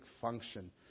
function